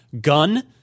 Gun